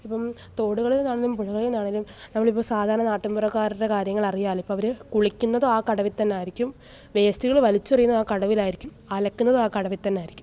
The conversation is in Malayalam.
അപ്പം തോടുകളിൽ നിന്നാണെങ്കിലും പുഴകളിൽ നിന്നാണെങ്കിലും നമ്മളിപ്പോൾ സാധാരണ നാട്ടിന്പുറക്കാരുടെ കാര്യങ്ങള് അറിയാമല്ലോ ഇപ്പോൾ അവർ കുളിക്കുന്നത് ആ കടവത്തു തന്നെയായിരിക്കും വേസ്റ്റുകള് വലിച്ചെറിയുന്നത് ആ കടവിലായിരിക്കും അലക്കുന്നതും ആ കടവിൽത്തന്നെയായിരിക്കും